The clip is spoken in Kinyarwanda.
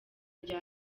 rya